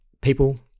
people